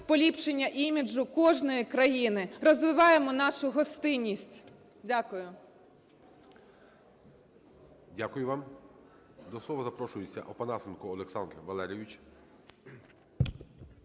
поліпшення іміджу кожної країни. Розвиваємо нашу гостинність! Дякую. ГОЛОВУЮЧИЙ. Дякую вам. До слова запрошується Опанасенко Олександр Валерійович.